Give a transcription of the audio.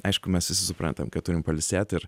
aišku mes visi suprantam kad turim pailsėt ir